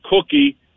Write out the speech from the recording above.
cookie